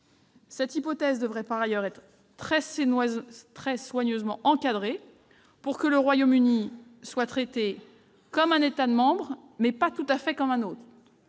Cette hypothèse devrait par ailleurs être soigneusement encadrée afin que le Royaume-Uni soit traité comme un État membre pas tout à fait comme les autres